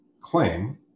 claim